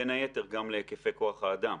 בין היתר גם להיקפי כוח האדם.